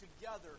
together